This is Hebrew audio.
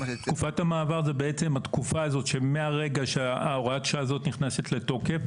תקופת המעבר זה בעצם התקופה הזאת שמהרגע שהוראת השעה הזאת נכנסת לתוקף,